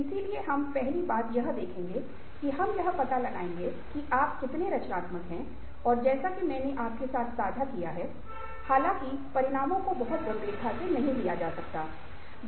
इसलिए हम पहली बात यह देखेंगे कि हम यह पता लगाएंगे कि आप कितने रचनात्मक हैं और जैसा कि मैंने आपके साथ साझा किया है हालांकि परिणामों को बहुत गंभीरता से नहीं लिया जाना चाहिए